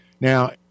now